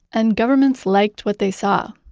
and governments liked what they saw,